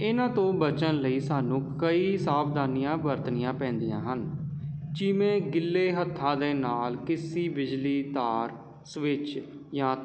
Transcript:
ਇਹਨਾਂ ਤੋਂ ਬਚਣ ਲਈ ਸਾਨੂੰ ਕਈ ਸਾਵਧਾਨੀਆਂ ਵਰਤਣੀਆਂ ਪੈਂਦੀਆਂ ਹਨ ਜਿਵੇਂ ਗਿੱਲੇ ਹੱਥਾਂ ਦੇ ਨਾਲ ਕਿਸੇ ਬਿਜਲੀ ਤਾਰ ਸਵਿਚ ਜਾਂ